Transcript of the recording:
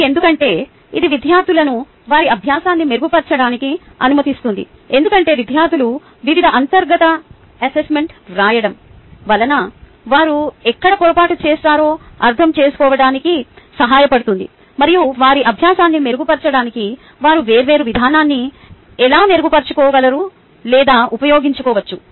ఇది ఎందుకంటే ఇది విద్యార్థులను వారి అభ్యాసాన్ని మెరుగుపర్చడానికి అనుమతిస్తుంది ఎందుకంటే విద్యార్ధులు వివిధ అంతర్గత అసెస్మెంట్ వ్రాయడం వలన వారు ఎక్కడ పొరపాటు చేశారో అర్థం చేసుకోవడానికి సహాయపడుతుంది మరియు వారి అభ్యాసాన్ని మెరుగుపరచడానికి వారు వేర్వేరు విధానాన్ని ఎలా మెరుగుపరుచుకోగలరు లేదా ఉపయోగించుకోవచ్చు